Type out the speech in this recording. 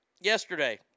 Yesterday